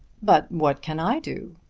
but what can i do?